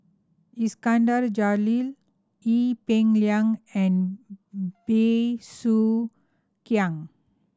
Iskandar Jalil Ee Peng Liang and Bey Soo Khiang